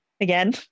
again